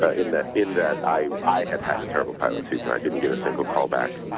ah in that in that i i had had a terrible pilot season, i didn't get a single call back.